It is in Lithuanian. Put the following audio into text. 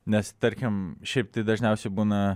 nes tarkim šiaip tai dažniausiai būna